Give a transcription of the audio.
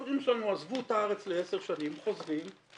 חברים שלנו עזבו את הארץ לעשר שנים, חוזרים.